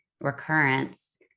recurrence